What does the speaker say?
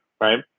right